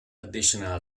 additional